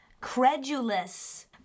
credulous